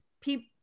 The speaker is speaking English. people